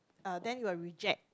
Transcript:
uh then it will reject